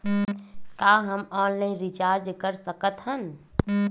का हम online recharge कर सकत हन?